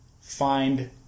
find